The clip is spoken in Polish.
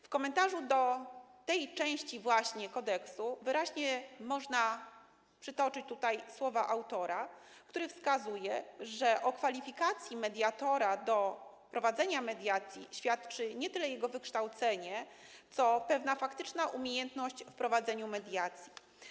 W komentarzu do tej części kodeksu można przytoczyć słowa autora, który wskazuje, że o kwalifikacji mediatora do prowadzenia mediacji świadczy nie tyle jego wykształcenie, co pewna faktyczna umiejętność prowadzenia mediacji.